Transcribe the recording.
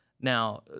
Now